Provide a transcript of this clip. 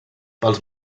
pels